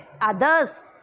others